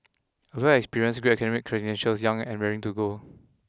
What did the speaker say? a wealth of experience great academic credentials young and raring to go